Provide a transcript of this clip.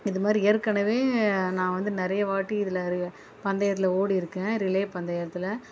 இது மாதிரி ஏற்கனவே நான் வந்து நிறைய வாட்டி இதில் ரி பந்தயத்தில் ஓடிருக்கேன் ரிலே பந்தயத்தில்